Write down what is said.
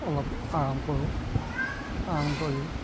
অলপ আৰাম কৰোঁ আৰাম কৰি